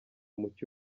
muke